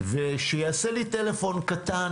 ושייעשה לי טלפון קטן.